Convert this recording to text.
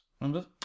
Remember